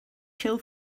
chill